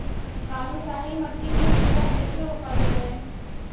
बालुसाहि मट्टी में खिरा कैसे उपजतै?